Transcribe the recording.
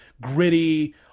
gritty